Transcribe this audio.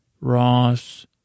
Ross